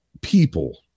people